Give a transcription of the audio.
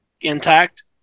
intact